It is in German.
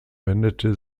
wendete